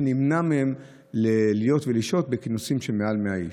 שנמנע מהם להיות ולשהות בכינוסים של מעל 100 איש.